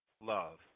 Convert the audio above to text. love